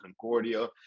Concordia